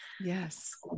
Yes